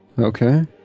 Okay